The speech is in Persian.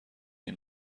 این